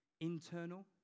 internal